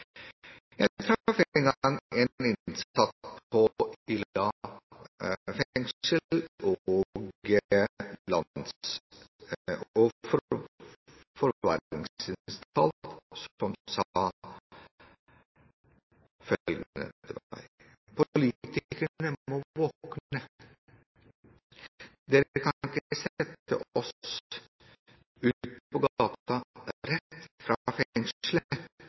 som sa til meg at «politikerne må våkne. Dere kan ikke sette oss ut på gata rett fra